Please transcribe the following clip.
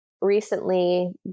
recently